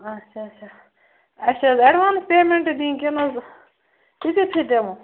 اَچھا اَچھا اَسہِ چھِ حظ اٮ۪ڈوانٕس پیٚمٮ۪نٛٹہٕ دِنۍ کِنہٕ حظ تِژٕے پھِرِ دِمو